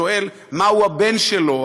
שואל מה הבן שלו,